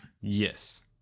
Yes